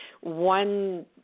one